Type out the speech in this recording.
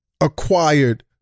acquired